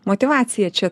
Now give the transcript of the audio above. motyvacija čia